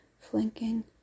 flanking